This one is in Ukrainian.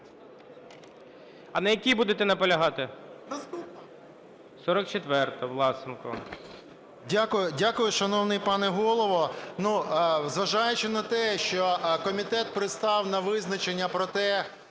А на якій будете наполягати? 44-а, Власенко.